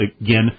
again